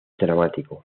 dramático